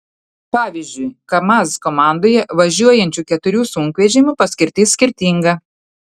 pavyzdžiui kamaz komandoje važiuojančių keturių sunkvežimių paskirtis skirtinga